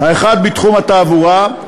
האחד בתחום התעבורה,